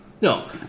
No